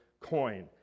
coin